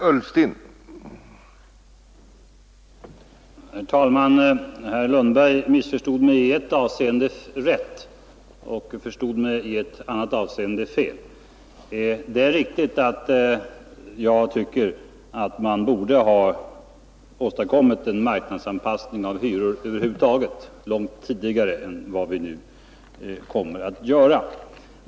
Herr talman! Herr Lundberg missförstod mig i ett avseende rätt och förstod mig i ett annat avseende fel. Det är riktigt att jag tycker att man borde ha åstadkommit en marknadsanpassning av hyror över huvud taget långt tidigare än vad vi nu kommer att göra.